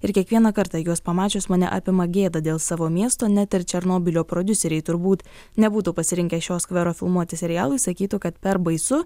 ir kiekvieną kartą juos pamačius mane apima gėda dėl savo miesto net ir černobylio prodiuseriai turbūt nebūtų pasirinkę šio skvero filmuoti serialui sakytų kad per baisu